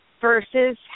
versus